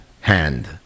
hand